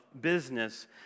business